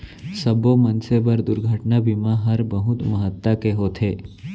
सब्बो मनसे बर दुरघटना बीमा हर बहुत महत्ता के होथे